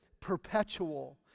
perpetual